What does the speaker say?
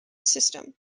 system